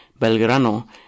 Belgrano